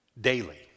daily